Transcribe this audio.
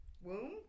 womb